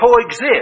coexist